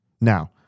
Now